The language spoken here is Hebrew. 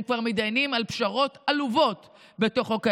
הם כבר מתדיינים על פשרות עלובות בתוך חוק ההסדרים.